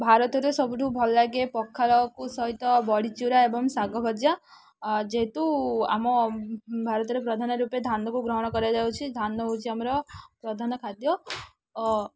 ଭାରତରେ ସବୁଠୁ ଭଲ ଲାଗେ ପଖାଳକୁ ସହିତ ବଡ଼ିଚୁରା ଏବଂ ଶାଗ ଭଜା ଯେହେତୁ ଆମ ଭାରତରେ ପ୍ରଧାନ ରୂପେ ଧାନକୁ ଗ୍ରହଣ କରାଯାଉଛି ଧାନ ହେଉଛି ଆମର ପ୍ରଧାନ ଖାଦ୍ୟ